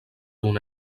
una